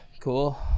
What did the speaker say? cool